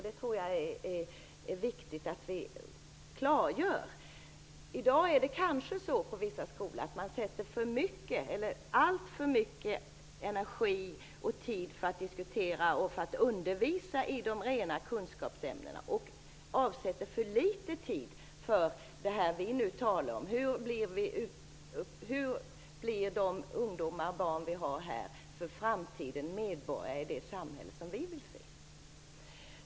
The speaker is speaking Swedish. Det tror jag är viktigt att vi klargör. I dag kanske man på vissa skolor avsätter alltför mycket energi och tid för att diskutera och undervisa i de rena kunskapsämnena och avsätter för litet tid för det vi nu talar om, hur de ungdomar och barn vi har blir medborgare i det samhälle som vi vill se i framtiden.